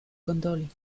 gondoli